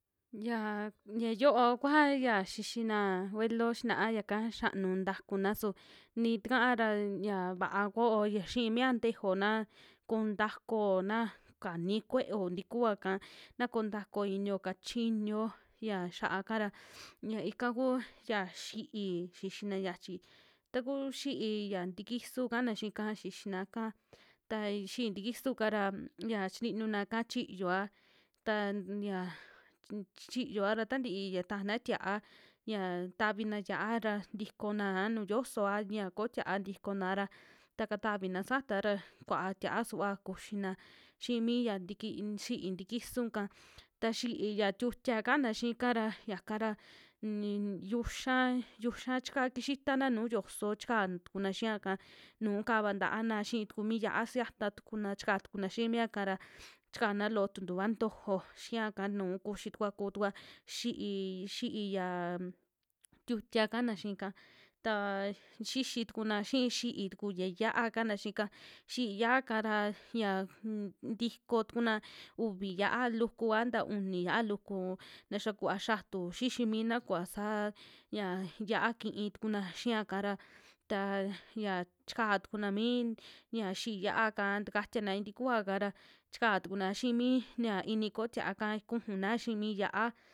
Yia yiayova kua ya xixina vuelo xinaa yaka xianu takuna su nii tikaa ra un ya vaa kuao ya xii mia ntejeo na koon takuo, na kani kue'eo tikuaka na koo taku iniyo kachiñuyo xia xa'aka ra, ya ika kuu ya xi'í xixina xiachi ta kuu xi'í ya tikisu kaana xiika xixinaka, ta xi'í tikisu'ka ra yia chininunaa'ka chiyoa ta ya chiyoa ra tantii ya tajana tia'a ya tavina yia'a ra tikonaa nuu yoso a ya koo tia'a ntikona ra ta katavina sataa ra kua'a tia'a suva kuxina xii mi ya tiki xii tikisu'ka, ta xi'í ya tiutia kana xiika ra, yaka ra nii yuxa, yuxa chika xitana nuu yoso chika tukuna xiaka nuu kava ntaana xii tuku mi yia'a, suyata tukuna chika tukuna xii miaka ra, chikana loo tuntuva ntojo xiaka nuu kuxitukua, kutukua xi'ií, xi'í ya tiutia kana xiika taa xixi tukuna xii xi'í tuku ya ya'a kana xii ka, xi'í ya'aka ra ya ntiko tukuna uvi yia'a luku a nta uni yia'a luku taxia kuva xiatu xixi minto kuva saa ya yia'a kii tukuna xiaka ra taa ya chikaa tukuna mi ña xi'í ya'aka, takatiana i'i tikua'ka ra chika tukuna xii mi ya ini ko'o tia'aka kujuna xii mi yia'a.